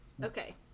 okay